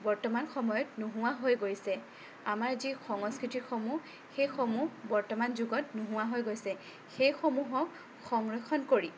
বৰ্তমান সময়ত নোহোৱা হৈ গৈছে আমাৰ যি সংস্কৃতিসমূহ সেইসমূহ বৰ্তমান যুগত নোহোৱা হৈ গৈছে সেইসমূহক সংৰক্ষণ কৰি